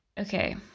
okay